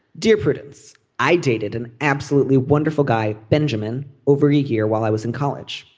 dear prudence, i dated an absolutely wonderful guy, benjamin overhere while i was in college.